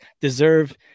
deserve